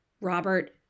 Robert